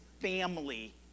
family